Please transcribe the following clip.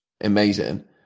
amazing